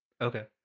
Okay